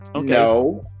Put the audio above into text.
No